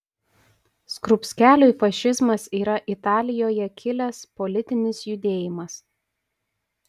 skrupskeliui fašizmas yra italijoje kilęs politinis judėjimas